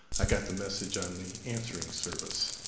i got the message on the answering service.